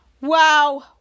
Wow